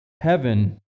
heaven